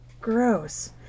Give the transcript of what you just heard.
gross